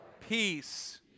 peace